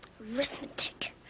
Arithmetic